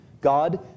God